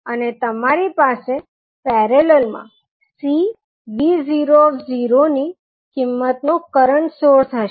અને તેમારી પાસે પેરેલલ મા Cvo ની કિંમતનો કરંટ સોર્સ હશે